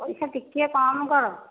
ପଇସା ଟିକିଏ କମ୍ କର